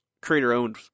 creator-owned